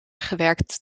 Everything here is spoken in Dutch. gewerkt